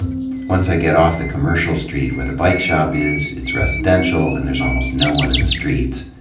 once i get off the commercial street where the bike shop is, it's residential and there's almost no one in the streets.